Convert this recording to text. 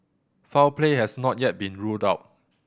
foul play has not yet been ruled out